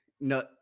No